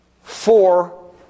four